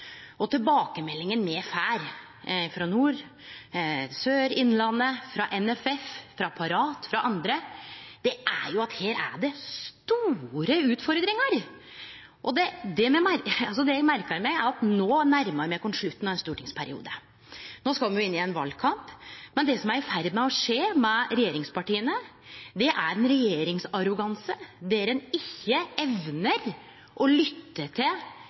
Tilbakemeldinga me får frå nord, sør, Innlandet, NFF, Parat og andre, er at her er det store utfordringar. Det eg merkar meg, er at no nærmar me oss slutten av ein stortingsperiode. No skal me inn i ein valkamp, men det som er i ferd med å skje med regjeringspartia, er ein regjeringsarroganse der ein ikkje evnar å lytte til